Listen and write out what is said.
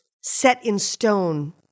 set-in-stone